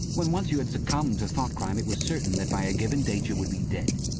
when once you had succumbed to thoughtcrime it was certain that by a given date you would be dead.